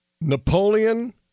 Napoleon